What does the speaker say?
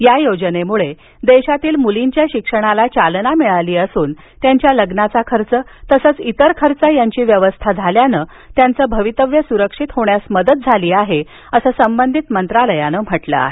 या योजनेमुळे देशातील मुलींच्या शिक्षणाला चालना मिळाली असून त्यांच्या लग्नाचा खर्च तसच इतर खर्च यांची व्यवस्था झाल्यानं त्यांचं भवितव्य सुरक्षित होण्यास मदत झाली आहे असं संबंधित मंत्रालयानं म्हटलं आहे